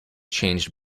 changed